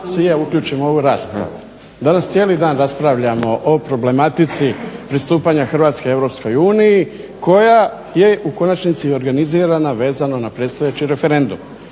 i ja uključim u ovu raspravu. Danas cijeli dan raspravljamo o problematici pristupanja Hrvatske Europskoj uniji koja je u konačnici organizirana vezano na predstojeći referendum.